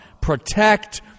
protect